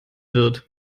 wird